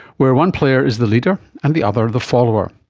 where one player is the leader and the other the follower.